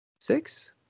six